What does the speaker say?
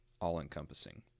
all-encompassing